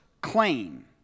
claim